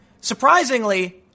Surprisingly